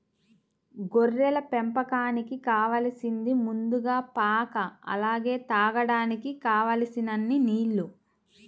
గొర్రెల పెంపకానికి కావాలసింది ముందుగా పాక అలానే తాగడానికి కావలసినన్ని నీల్లు